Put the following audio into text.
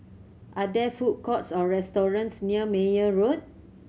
are there food courts or restaurants near Meyer Road